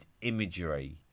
imagery